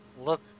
Look